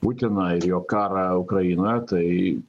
putiną ir jo karą ukrainoje tai